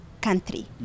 country